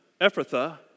Ephrathah